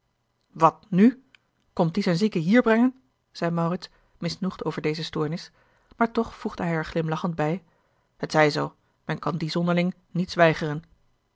wat nù komt die zijne zieken hier brengen zeî maurits misnoegd over deze stoornis maar toch voegde hij er glimlachend bij het zij zoo men kan dien zonderling niets weigeren